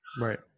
Right